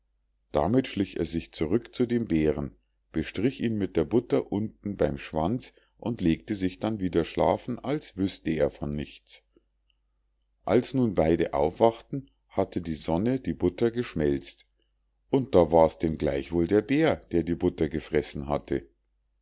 damit schlich er sich zurück zu dem bären bestrich ihn mit der butter unten beim schwanz und legte sich dann wieder schlafen als wüßte er von nichts als nun beide aufwachten hatte die sonne die butter geschmelzt und da war's denn gleichwohl der bär der die butter gefressen hatte